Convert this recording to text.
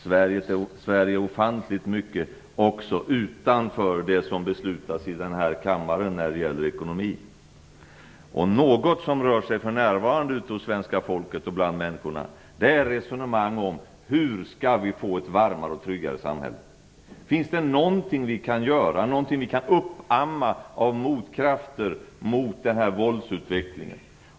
Sverige är ofantligt mycket mer än det som beslutas i den här kammaren när det gäller ekonomi. Något som rör sig för närvarande ute bland svenska folket är ett resonemang om hur vi skall få ett varmare och tryggare samhälle. Finns det någonting vi kan göra, någonting vi kan uppamma av motkrafter mot våldsutvecklingen?